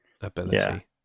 ability